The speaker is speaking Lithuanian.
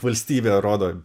valstybė rodo